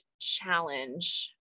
challenge